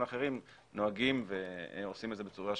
אחרים נוהגים ועושים את זה בצורה שגרתית,